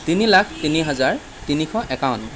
তিনি লাখ তিনি হাজাৰ তিনিশ একাৱন্ন